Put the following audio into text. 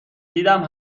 دیدم